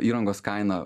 įrangos kaina